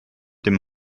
dem